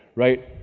right.